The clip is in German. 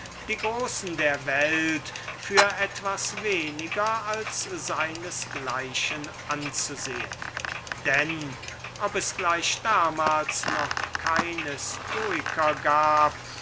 die großen der welt für etwas weniger als seines gleichen anzusehen denn ob es gleich damals noch keine stoiker gab